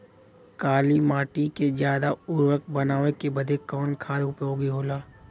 काली माटी के ज्यादा उर्वरक बनावे के बदे कवन खाद उपयोगी होला?